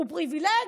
הוא פריבילג?